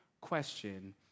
question